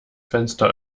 fenster